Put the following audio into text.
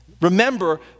Remember